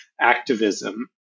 activism